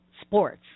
sports